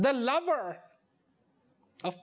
the lover of